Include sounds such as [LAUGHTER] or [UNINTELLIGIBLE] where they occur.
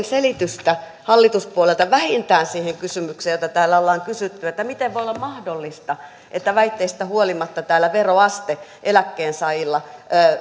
[UNINTELLIGIBLE] selitystä hallituspuolueilta vähintään siihen kysymykseen mitä täällä ollaan kysytty miten voi olla mahdollista että väitteistä huolimatta täällä veroaste eläkkeensaajilla